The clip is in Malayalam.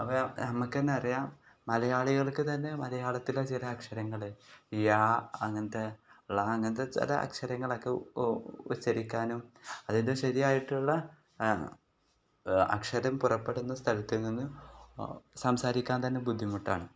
അവ നമുക്ക് എന്ന് അറിയാം മലയാളികൾക്ക് തന്നെ മലയാളത്തിലെ ചില അക്ഷരങ്ങൾ യാ അങ്ങനത്തെ ള അങ്ങനത്തെ ചില അക്ഷരങ്ങളൊക്കെ ഉച്ചരിക്കാനും അതിൻ്റെ ശരിയായിട്ടുള്ള അക്ഷരം പുറപ്പെടുന്ന സ്ഥലത്തിൽ നിന്ന് സംസാരിക്കാൻ തന്നെ ബുദ്ധിമുട്ടാണ്